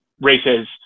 races